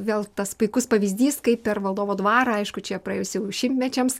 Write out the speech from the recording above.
vėl tas puikus pavyzdys kaip per valdovo dvarą aišku čia praėjus jau šimtmečiams